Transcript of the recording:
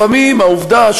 לפעמים העובדה,